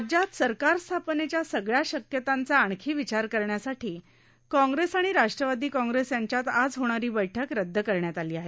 राज्यात सरकार स्थापनेच्या सगळ्या शक्यतांचा आणखी विचार करण्यासाठी काँग्रेस आणि राष्ट्रवादी काँग्रेस यांच्यात आज होणारी बैठक रदद करण्यात आली आहे